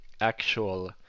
actual